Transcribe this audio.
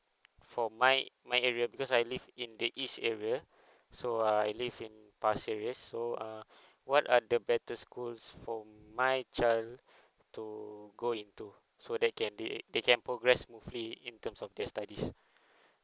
for my my area because I live in the east area so I live in pasir ris so uh what are the better schools for my child to go into so they can they they can progress smoothly in terms of their studies